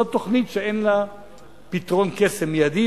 זאת תוכנית שאין לה פתרון קסם מיידי,